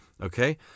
Okay